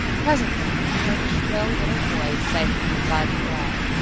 presently he heard a shrill little voice say from inside the wall,